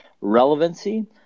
relevancy